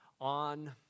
on